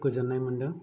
खुब गोजोननाय मोनदों